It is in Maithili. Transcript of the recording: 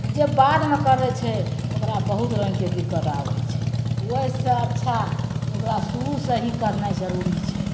जे बादमे करै छै ओकरा बहुत रङ्गके दिक्कत आबै छै ओहिसँ अच्छा जे ओकरा शुरूसँ ही करनाइ जरुरी छै